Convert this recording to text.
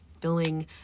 filling